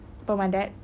pemadat